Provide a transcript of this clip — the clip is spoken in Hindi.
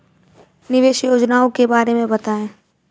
निवेश योजनाओं के बारे में बताएँ?